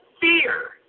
fear